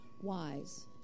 wise